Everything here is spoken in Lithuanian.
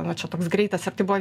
na čia toks greitas ir tai buvo